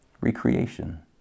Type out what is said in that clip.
recreation